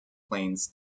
planes